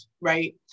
right